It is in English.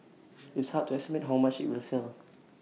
it's hard to estimate how much IT will sell